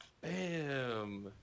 Bam